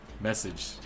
message